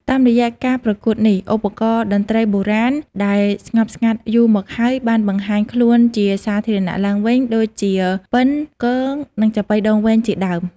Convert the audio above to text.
តាមរយៈការប្រកួតនេះ ឧបករណ៍តន្ត្រីបុរាណដែលស្ងប់ស្ងាត់យូរមកហើយបានបង្ហាញខ្លួនជាសាធារណៈឡើងវិញដូចជាពិណ គង និងចាប៉ីដងវែងជាដើម។